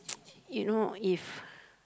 you know if